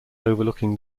overlooking